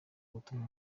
gutuma